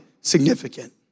significant